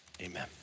amen